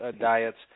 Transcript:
Diets